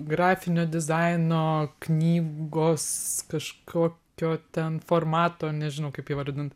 grafinio dizaino knygos kažkokio ten formato nežinau kaip įvardint